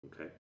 okay